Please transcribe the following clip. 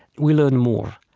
we learn more.